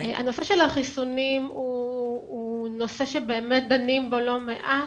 הנושא של החיסונים הוא נושא שבאמת דנים בו לא מעט,